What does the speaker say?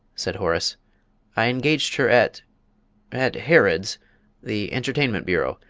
said horace i engaged her at at harrod's the entertainment bureau.